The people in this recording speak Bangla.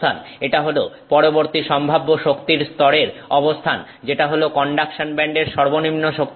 এটা হল পরবর্তী সম্ভাব্য শক্তির স্তরের অবস্থান যেটা হলো কন্ডাকশন ব্যান্ডের সর্বনিম্ন শক্তিস্তর